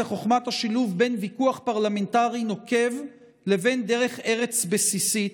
חוכמת השילוב בין ויכוח פרלמנטרי נוקב לבין דרך ארץ בסיסית.